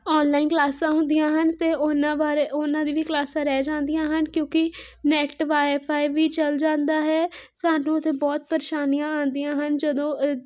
online ਕਲਾਸਾਂ ਹੁੰਦੀਆਂ ਹਨ ਅਤੇ ਉਨ੍ਹਾਂ ਬਾਰੇ ਉਨ੍ਹਾਂ ਦੀ ਵੀ ਕਲਾਸਾਂ ਰਹਿ ਜਾਂਦੀਆਂ ਹਨ ਕਿਉਂਕਿ ਨੈੱਟ ਵਾਇਫਾਇ ਵੀ ਚਲ ਜਾਂਦਾ ਹੈ ਸਾਨੂੰ ਤਾਂ ਬਹੁਤ ਪ੍ਰੇਸ਼ਾਨੀਆਂ ਆਉਂਦੀਆਂ ਹਨ ਜਦੋਂ